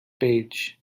page